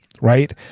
right